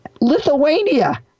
Lithuania